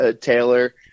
Taylor